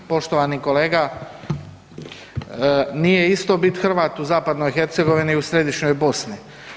Poštovani kolega, nije isto bit Hrvat u zapadnoj Hercegovini i u središnjoj Bosni.